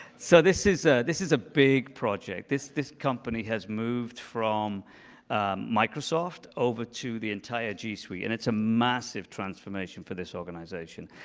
so this is ah this is a big project. this this company has moved from microsoft over to the entire g suite. and it's a massive transformation for this organization.